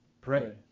pray